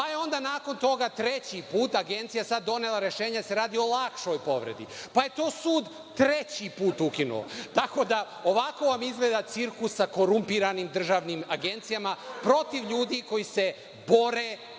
pa je onda nakon toga treći put, Agencija donela rešenja da se radi o lakšoj povredi, pa je to sud treći put ukinuo. Tako da ovako izgleda cirkus sa korumpiranim državnim agencijama, protiv ljudi koji se bore